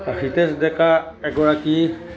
হিতেশ ডেকা এগৰাকী